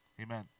Amen